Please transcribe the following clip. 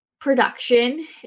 production